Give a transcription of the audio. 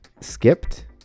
skipped